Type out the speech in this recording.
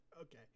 Okay